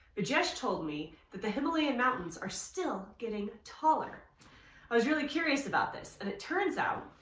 pujesh told me, that the himalayan mountains are still getting taller. i was really curious about this. and it turns out,